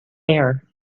air